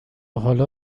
حالا